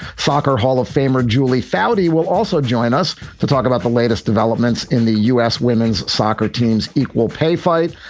soccer hall of famer julie foudy will also join us to talk about the latest developments in the u s. women's soccer teams equal pay fight.